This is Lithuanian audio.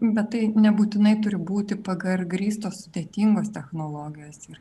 bet tai nebūtinai turi būti pgr grįstos sudėtingos technologijos yra